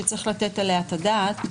שצריך לתת עליה את הדעת,